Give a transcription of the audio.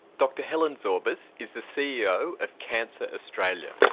dr helen zorbas is the ceo of cancer australia.